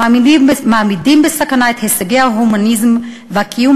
מעמידים בסכנה את הישגי ההומניזם והקיום